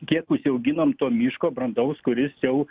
kiek užsiauginom to miško brandaus kuris jau